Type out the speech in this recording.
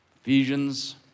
Ephesians